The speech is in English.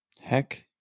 Heck